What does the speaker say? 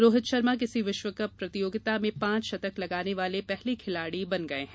रोहित शर्मा किसी विश्वकप प्रतियोगिता में पांच शतक लगाने वाले पहले खिलाड़ी बन गये हैं